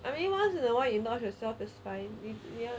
I mean once in a while you love yourself is fine